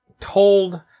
told